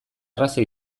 erraza